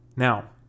Now